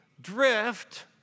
drift